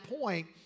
point